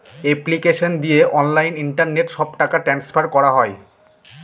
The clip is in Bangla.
এপ্লিকেশন দিয়ে অনলাইন ইন্টারনেট সব টাকা ট্রান্সফার করা হয়